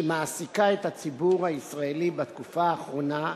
שמעסיקה את הציבור הישראלי בתקופה האחרונה,